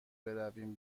برویم